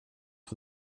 for